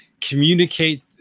communicate